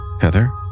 Heather